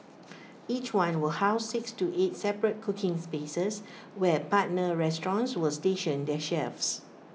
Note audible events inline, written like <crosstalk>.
<noise> each one will house six to eight separate cooking spaces where partner restaurants will station their chefs